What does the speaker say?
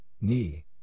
knee